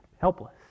helpless